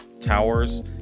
towers